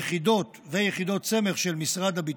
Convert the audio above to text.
יחידות ויחידות סמך של משרד הביטחון.